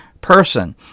person